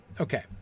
Okay